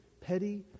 petty